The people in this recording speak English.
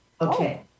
Okay